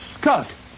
Scott